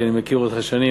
כי אני מכיר אותך שנים,